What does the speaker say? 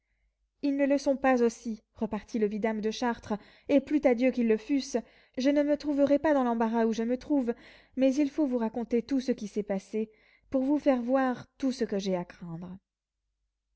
ils ne le sont pas aussi repartit le vidame de chartres et plût à dieu qu'ils le fussent je ne me trouverais pas dans l'embarras où je me trouve mais il faut vous raconter tout ce qui s'est passé pour vous faire voir tout ce que j'ai à craindre